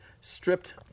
stripped